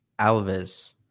Alves